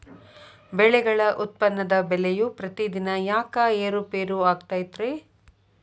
ಬೆಳೆಗಳ ಉತ್ಪನ್ನದ ಬೆಲೆಯು ಪ್ರತಿದಿನ ಯಾಕ ಏರು ಪೇರು ಆಗುತ್ತೈತರೇ?